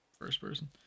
first-person